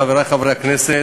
חברי חברי הכנסת,